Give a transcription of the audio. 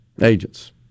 agents